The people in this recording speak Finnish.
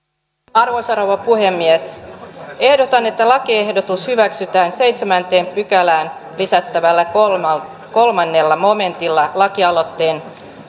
arvoisa rouva puhemies ehdotan että lakiehdotus hyväksytään seitsemänteen pykälään lisättävällä kolmannella momentilla lakialoitteen